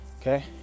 Okay